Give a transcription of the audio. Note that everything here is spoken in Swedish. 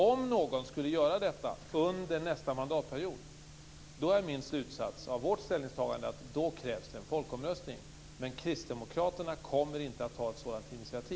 Om någon skulle göra detta under nästa mandatperiod, då är min slutsats att det krävs en folkomröstning. Men kristdemokraterna kommer inte att ta ett sådant initiativ.